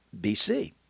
BC